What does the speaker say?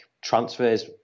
transfers